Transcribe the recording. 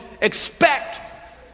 Expect